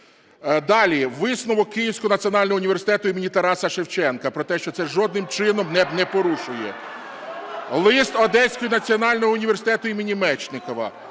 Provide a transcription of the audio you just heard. Далі, висновок Київського національного університету імені Тараса Шевченка про те, що це жодним чином не порушує. Лист Одеського національного університету імені Мечникова,